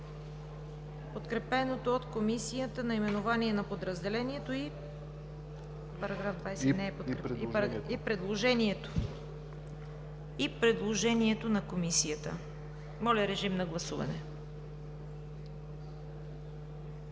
подкрепеното от Комисията наименование на подразделението и предложението на Комисията § 20 да отпадне.